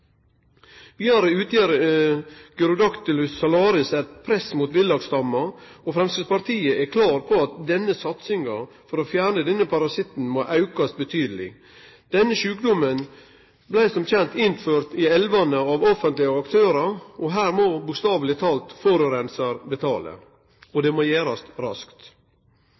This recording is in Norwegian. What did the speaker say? Vidare utgjer Gyrodactylus salaris eit press mot villaksstamma, og Framstegspartiet er klar på at satsinga for å fjerne denne parasitten må aukast betydeleg. Denne sjukdommen blei som kjent innført i elvane av offentlege aktørar, og her må bokstaveleg talt forureiner betale, og det må gjerast raskt.